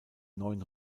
neuen